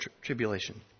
tribulation